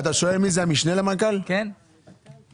יכול להיות שנבקש ממנכ"ל משרד ראש הממשלה